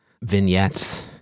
vignettes